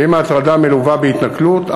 ואם ההטרדה מלווה בהתנכלות,